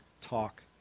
talk